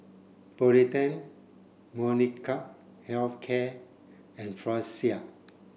Polident Molnylcke health care and Floxia